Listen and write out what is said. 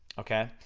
okay?